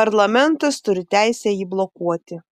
parlamentas turi teisę jį blokuoti